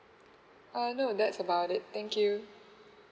uh no that's about it thank you